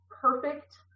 perfect